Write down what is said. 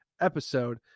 episode